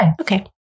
Okay